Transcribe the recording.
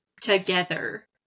together